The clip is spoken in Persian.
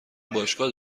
باشگاه